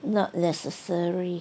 the necessary